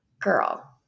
girl